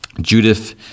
Judith